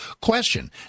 question